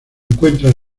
encuentra